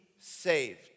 saved